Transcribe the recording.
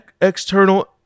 external